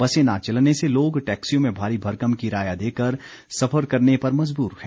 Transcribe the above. बसें न चलने से लोग टैक्सीयों में भारी भरकम किराया देकर सफर करने पर मजबूर हैं